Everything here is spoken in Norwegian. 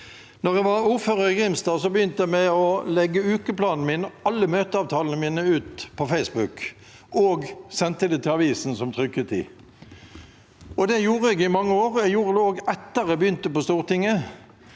Da jeg var ordfører i Grimstad, begynte jeg med å legge ukeplanen min, alle møteavtalene mine, ut på Facebook, og jeg sendte den til avisen, som trykket den. Det gjorde jeg i mange år. Jeg gjorde det også etter at jeg begynte på Stortinget.